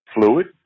fluid